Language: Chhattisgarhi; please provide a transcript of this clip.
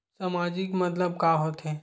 सामाजिक मतलब का होथे?